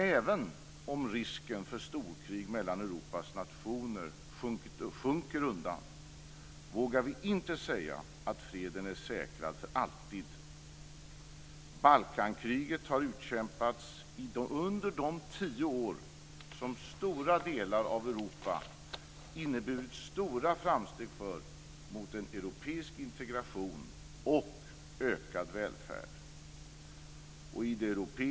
Även om risken för storkrig mellan Europas nationer sjunker undan vågar vi inte säga att freden är säkrad för alltid. Balkankriget har utkämpats under de tio år som stora delar av Europa har gjort stora framsteg mot en europeisk integration och ökad välfärd.